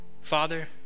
Father